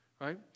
right